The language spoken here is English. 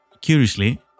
Curiously